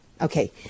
Okay